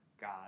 God